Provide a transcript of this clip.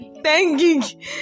Thanking